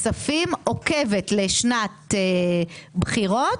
כספים עוקבת לשנת בחירות,